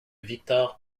víctor